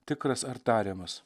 tikras ar tariamas